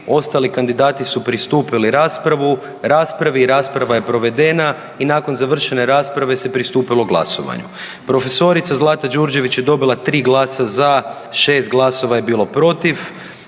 Ostali kandidati su pristupili raspravi i rasprava je provedena i nakon završene rasprave se pristupilo glasovanju. prof. Zlata Đurđević je dobila 3 glasa za, 6 glasova je bilo protiv,